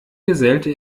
gesellte